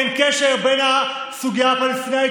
אין קשר לסוגיה הפלסטינית,